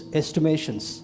estimations